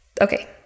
Okay